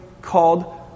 called